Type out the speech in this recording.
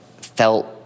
felt